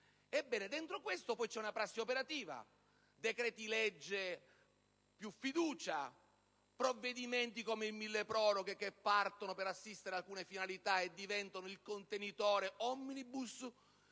Dentro questo c'è poi una prassi operativa: decreti‑legge più fiducia; provvedimenti come il milleproroghe che partono per perseguite alcune finalità e diventano il contenitore *omnibus*